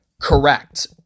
correct